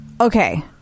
Okay